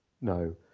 No